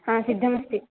आम् सिद्धमस्ति